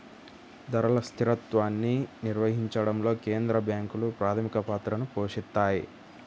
ధరల స్థిరత్వాన్ని నిర్వహించడంలో కేంద్ర బ్యాంకులు ప్రాథమిక పాత్రని పోషిత్తాయి